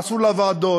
עשו לה ועדות,